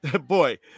boy